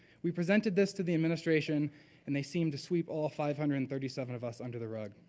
we presented this to the administration and they seem to sweep all five hundred and thirty seven of us under the rug.